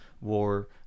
war